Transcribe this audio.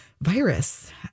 virus